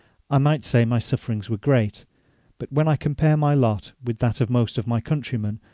i might say my sufferings were great but when i compare my lot with that of most of my countrymen,